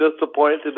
disappointed